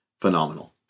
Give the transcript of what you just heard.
Phenomenal